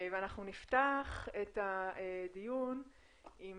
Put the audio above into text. אנחנו נפתח את הדיון עם